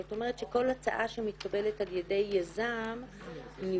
זאת אומרת שכל הצעה שמתקבלת על ידי יזם נבחנת